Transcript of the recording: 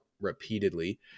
repeatedly